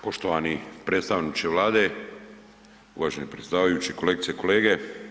Poštovani predstavniče Vlade, uvaženi predsjedavajući, kolegice i kolege.